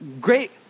Great